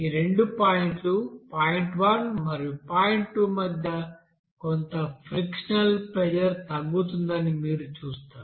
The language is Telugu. ఈ రెండు పాయింట్లు పాయింట్ 1 మరియు పాయింట్ 2 మధ్య కొంత ఫ్రిక్షనల్ ప్రెజర్ తగ్గుతుందని మీరు చూస్తారు